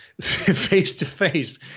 face-to-face